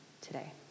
today